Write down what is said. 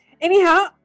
Anyhow